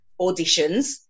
auditions